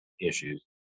issues